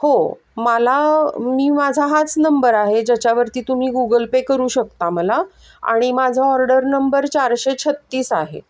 हो मला मी माझा हाच नंबर आहे ज्याच्यावरती तुम्ही गुगल पे करू शकता मला आणि माझा ऑर्डर नंबर चारशे छत्तीस आहे